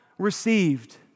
Received